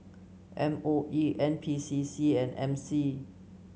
M O E N P C C and M C